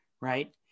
right